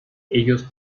ellos